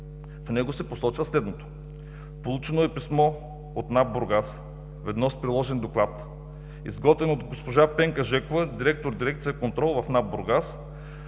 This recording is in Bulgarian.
В него се посочва следното: получено е писмо от НАП Бургас, ведно с приложен доклад, изготвен от госпожа Пенка Жекова, директор Дирекция „Контрол“ в НАП Бургас,